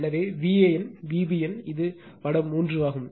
எனவேVan Vbn இது படம் 3 ஆகும்